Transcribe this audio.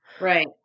Right